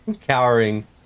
cowering